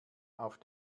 auf